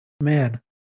Man